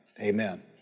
Amen